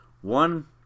One